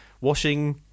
washing